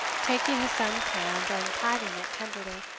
taking his son's hand, and patting it tenderly.